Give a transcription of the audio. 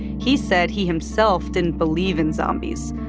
he said he himself didn't believe in zombies.